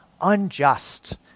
unjust